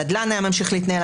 הנדל"ן היה ממשיך להתנהל,